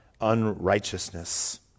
unrighteousness